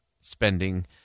spending